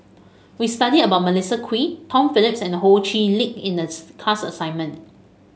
we studied about Melissa Kwee Tom Phillips and Ho Chee Lick in the class assignment